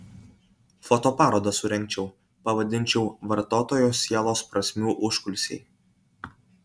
fotoparodą surengčiau pavadinčiau vartotojo sielos prasmių užkulisiai